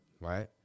right